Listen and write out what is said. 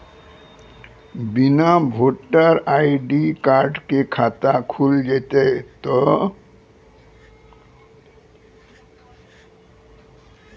बिना voter ID card के खाता खुल जैते तो?